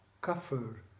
Kafir